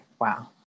wow